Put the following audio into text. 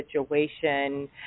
situation